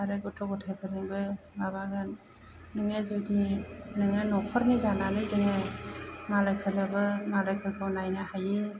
आरो गथ' गथाइ फोरजोंबो माबागोन नोङो जुदि नोङो नखरनि जानानै जोङो मालायफोरनोबो मालायफोरखौ नायनो हायो